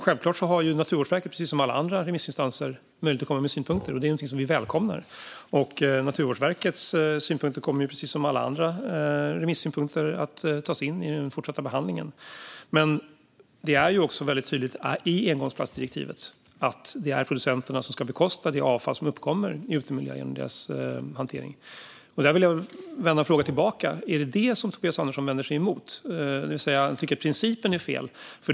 Självklart har Naturvårdsverket, precis som alla andra remissinstanser, möjlighet att komma med synpunkter, och det är något som vi välkomnar. Naturvårdsverkets synpunkter, precis som alla andra remissynpunkter, kommer att tas in i den fortsatta behandlingen. Men det är väldigt tydligt i engångsplastdirektivet att det är producenterna som ska bekosta det avfall som uppkommer i utemiljöer genom deras hantering. Här vill jag vända frågan tillbaka: Är det detta som Tobias Andersson vänder sig emot, det vill säga att han tycker att principen är fel?